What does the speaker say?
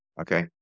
Okay